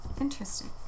Interesting